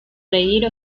reír